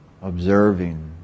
observing